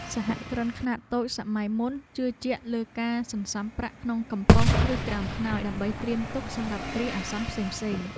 សហគ្រិនខ្នាតតូចសម័យមុនជឿជាក់លើការសន្សំប្រាក់ក្នុងកំប៉ុង ឬក្រោមខ្នើយដើម្បីត្រៀមទុកសម្រាប់គ្រាអាសន្នផ្សេងៗ។